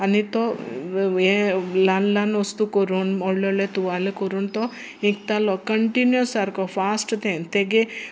आनी तो हें ल्हान ल्हान वस्तू करून व्हडले व्हडले तुवालो करून तो इकतालो कंटिन्यूस सारको फास्ट तें तेगे